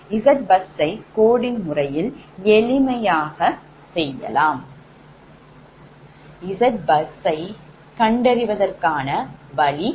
Zbusயை coding முறையில் எளிமையாக செய்யலாம்